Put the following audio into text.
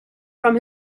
from